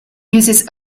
uses